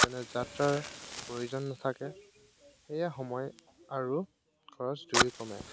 যেনে যাত্ৰাৰ প্ৰয়োজন নাথাকে সেয়ে সময় আৰু খৰচ দুয়ো কমে